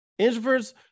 Introverts